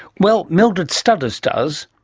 well, mildred studders does.